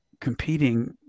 competing